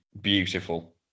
beautiful